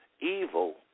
Evil